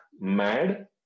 mad